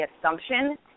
assumption